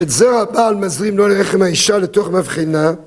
את זה הבעל מזרים לא לרחם האישה, לתוך מבחנה